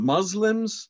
Muslims